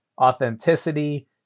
authenticity